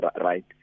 right